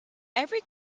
every